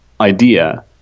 idea